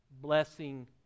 blessing